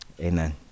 Amen